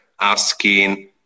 asking